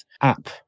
app